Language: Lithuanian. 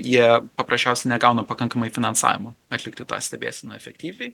jie paprasčiausiai negauna pakankamai finansavimo atlikti tą stebėseną efektyviai